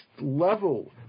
level